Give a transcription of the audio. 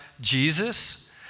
Jesus